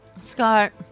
Scott